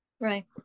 Right